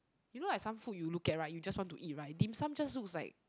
you know like some food you look at right you just want to eat right dim sum just looks like